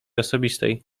osobistej